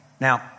Now